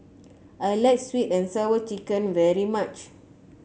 I like sweet and Sour Chicken very much